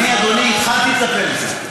אדוני, התחלתי לטפל בזה.